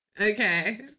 okay